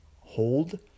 hold